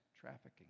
trafficking